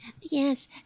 Yes